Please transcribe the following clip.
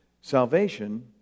Salvation